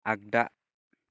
आगदा